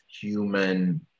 human